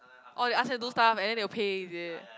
orh they ask you to do stuff and then they will pay is it